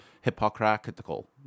hypocritical